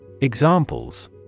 examples